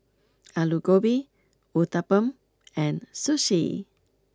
Alu Gobi Uthapam and Sushi